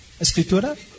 Escritura